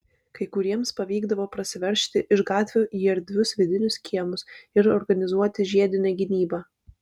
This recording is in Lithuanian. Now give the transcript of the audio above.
kai kuriems pavykdavo prasiveržti iš gatvių į erdvius vidinius kiemus ir organizuoti žiedinę gynybą